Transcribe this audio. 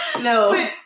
No